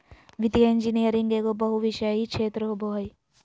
वित्तीय इंजीनियरिंग एगो बहुविषयी क्षेत्र होबो हइ